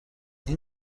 این